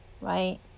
right